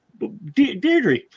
Deirdre